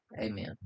Amen